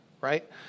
Right